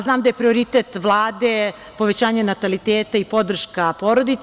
Znam da je prioritet Vlade povećanje nataliteta i podrška porodici.